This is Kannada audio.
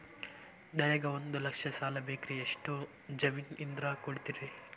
ನನಗೆ ಒಂದು ಲಕ್ಷ ಸಾಲ ಬೇಕ್ರಿ ಎಷ್ಟು ಜಮೇನ್ ಇದ್ರ ಕೊಡ್ತೇರಿ?